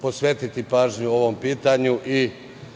posvetiti pažnju ovom pitanju i